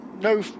no